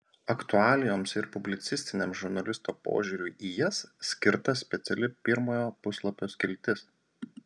aktualijoms ir publicistiniam žurnalisto požiūriui į jas skirta speciali pirmojo puslapio skiltis